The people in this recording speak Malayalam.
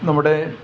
നമ്മുടെ